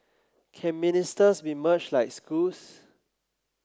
can ministers be merged like schools